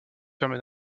permet